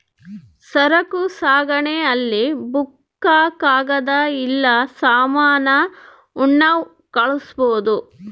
ಸರಕು ಸಾಗಣೆ ಅಲ್ಲಿ ಬುಕ್ಕ ಕಾಗದ ಇಲ್ಲ ಸಾಮಾನ ಉಣ್ಣವ್ ಕಳ್ಸ್ಬೊದು